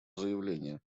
заявление